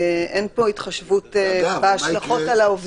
אין פה התחשבות בהשלכות על העובדים